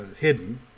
hidden